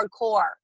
hardcore